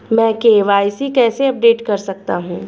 मैं के.वाई.सी कैसे अपडेट कर सकता हूं?